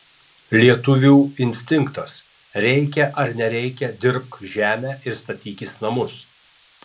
lietuvių instinktas reikia ar nereikia dirbk žemę ir statykis namus